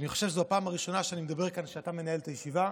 אני חושב שזו הפעם הראשונה שאני מדבר כאן כשאתה מנהל את הישיבה.